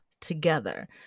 together